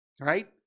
Right